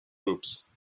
groups